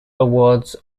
awards